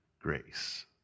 grace